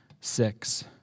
six